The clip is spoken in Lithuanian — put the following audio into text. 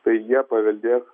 tai jie paveldės